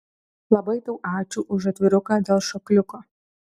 labai tau ačiū už atviruką dėl šokliuko